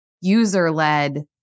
User-led